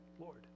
Lord